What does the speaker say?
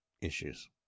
issues